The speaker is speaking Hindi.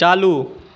चालू